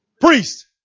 Priest